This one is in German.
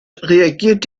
reagiert